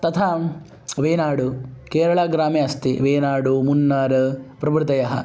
तथा वेनाडु केरळाग्रामे अस्ति वेनाडु मुन्नार् प्रभृतयः